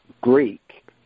Greek